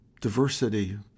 diversity